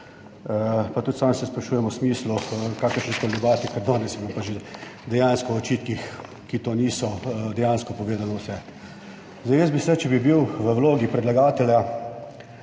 pa tudi sam se sprašujem o smislu kakršnekoli debate, ker danes je bilo pa že dejansko o očitkih, ki to niso, dejansko povedano vse. Zdaj jaz bi se, če bi bil v vlogi predlagatelja,